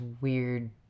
weird